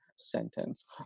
sentence